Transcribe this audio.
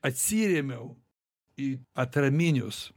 atsirėmiau į atraminius